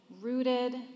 rooted